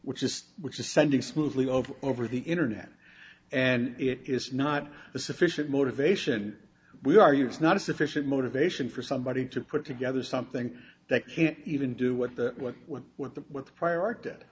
which is which is sending smoothly over over the internet and it is not a sufficient motivation we are yours not a sufficient motivation for somebody to put together something that can't even do what that what when what the what the prior